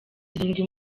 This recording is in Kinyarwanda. zirindwi